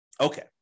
Okay